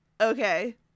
Okay